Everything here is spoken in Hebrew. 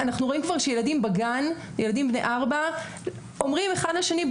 אנחנו רואים שילדים בני ארבע אומרים אחד לשני,